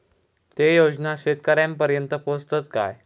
ते योजना शेतकऱ्यानपर्यंत पोचतत काय?